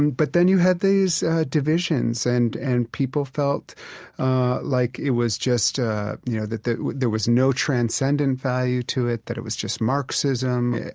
and but then you had these divisions and and people felt like it was just, ah you know, that that there was no transcendent value to it, that it was just marxism.